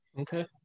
Okay